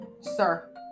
sir